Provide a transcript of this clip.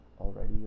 already